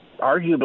arguably